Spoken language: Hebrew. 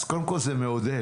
אז קודם כול זה מעודד,